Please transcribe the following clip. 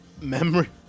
Memory